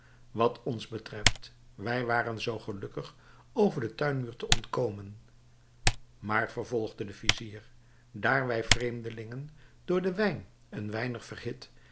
wat ons betreft wij waren zoo gelukkig over den tuinmuur te ontkomen maar vervolgde de vizier daar wij vreemdelingen door den wijn een weinig verhit